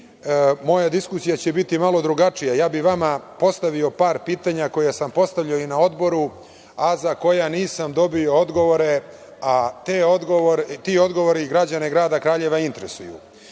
Moja diskusija će biti malo drugačija. Ja bih vama postavio par pitanja koja sam postavio i na odboru, za koja nisam dobio odgovore, a ti odgovori građane grada Kraljeva